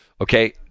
Okay